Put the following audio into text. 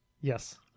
Yes